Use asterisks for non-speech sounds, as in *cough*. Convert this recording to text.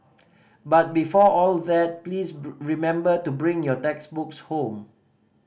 but before all that please *unintelligible* remember to bring your textbooks home